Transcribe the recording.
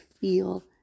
feel